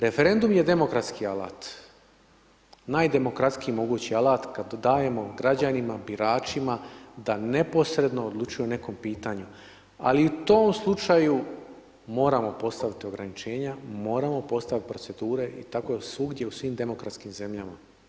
Referendum je demokratski alat, najdemokratskiji mogući alat kad dajemo građanima, biračima, da neposredno odlučuju o nekom pitanju, ali i u tom slučaju moramo postaviti ograničenja, moramo postaviti procedure i tako svugdje, u svim demokratskim zemljama.